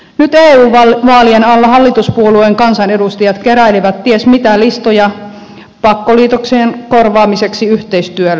nyt eu vaalien alla hallituspuolueen kansanedustajat keräilivät ties mitä listoja pakkoliitoksien korvaamiseksi yhteistyöllä